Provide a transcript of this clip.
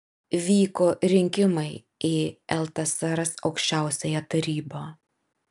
vyko rinkimai į ltsr aukščiausiąją tarybą